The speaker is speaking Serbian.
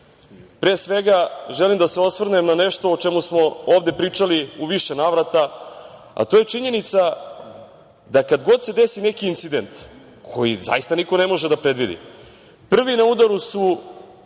svega, želim da se osvrnem na nešto o čemu smo ovde pričali u više navrata, a to je činjenica da kad god se desi neki incident koji zaista niko ne može da predvidi prvi na udaru su